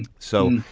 and so,